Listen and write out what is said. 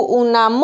una